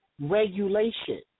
regulation